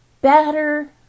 better